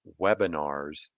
webinars